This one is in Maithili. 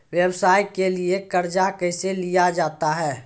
व्यवसाय के लिए कर्जा कैसे लिया जाता हैं?